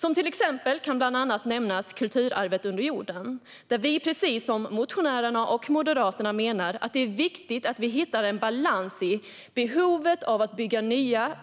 Som exempel kan nämnas kulturarvet under jorden, där vi, precis som motionärerna och Moderaterna, menar att det är viktigt att vi hittar en balans mellan behovet av att bygga nya